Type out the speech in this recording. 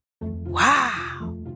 Wow